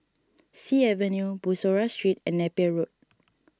Sea Avenue Bussorah Street and Napier Road